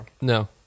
no